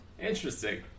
Interesting